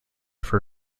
for